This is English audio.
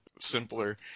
simpler